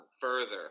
further